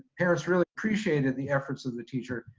parents really appreciated the efforts of the teacher,